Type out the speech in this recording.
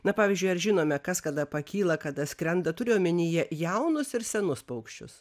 na pavyzdžiui ar žinome kas kada pakyla kada skrenda turiu omenyje jaunus ir senus paukščius